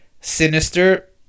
sinister